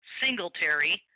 singletary